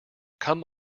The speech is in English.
come